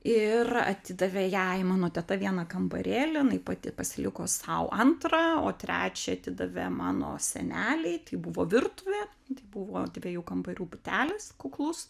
ir atidavė jai mano teta vieną kambarėlį jinai pati pasiliko sau antrą o trečią atidavė mano senelei tai buvo virtuvė tai buvo dviejų kambarių butelis kuklus